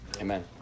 Amen